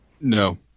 No